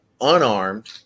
unarmed